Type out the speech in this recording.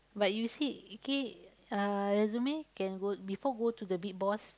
but you see K uh resume can go before go to the big boss